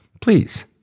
Please